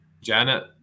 Janet